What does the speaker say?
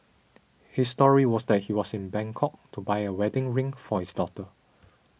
his story was that he was in Bangkok to buy a wedding ring for his daughter